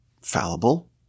fallible